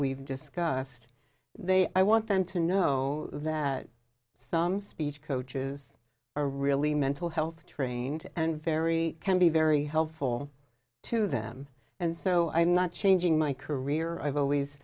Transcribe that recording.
we've discussed they i want them to know that some speech coaches are really mental health trained and very can be very helpful to them and so i'm not changing my career i've always